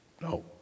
No